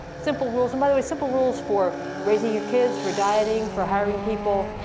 simple rules and by the way, simple rules for raising your kids, for dieting, for hiring people,